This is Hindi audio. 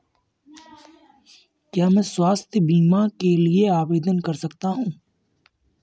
क्या मैं स्वास्थ्य बीमा के लिए आवेदन कर सकता हूँ?